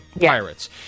Pirates